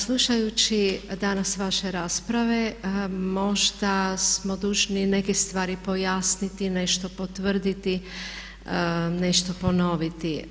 Slušajući danas vaše rasprave možda smo dužni neke stvari pojasniti, nešto potvrditi, nešto ponoviti.